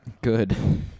Good